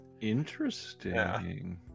Interesting